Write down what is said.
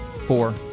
four